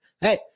Hey